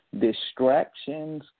Distractions